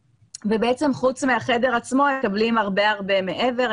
ובעצם חוץ מהחדר עצמו הם מקבלים הרבה הרבה מעבר,